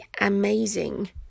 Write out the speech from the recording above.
amazing